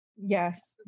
Yes